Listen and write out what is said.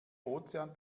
ozean